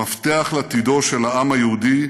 המפתח לעתידו של העם היהודי,